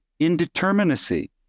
indeterminacy